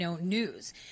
news